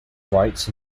rights